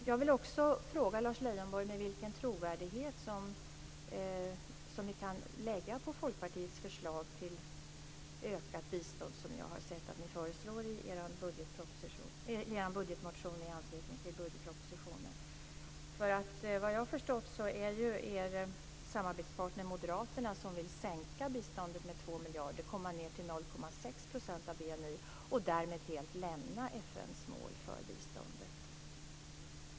Jag vill också fråga Lars Leijonborg vilken trovärdighet vi kan ge Folkpartiets förslag till ökat bistånd, som jag har sett att ni väckt i er budgetmotion i anslutning till budgetpropositionen. Såvitt jag har förstått vill er samarbetspartner Moderaterna sänka biståndet med 2 miljarder och komma ned till 0,6 % av BNI och därmed helt lämna FN:s mål för biståndet.